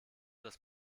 das